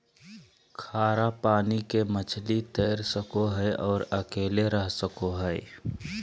खारा पानी के मछली तैर सको हइ और अकेले रह सको हइ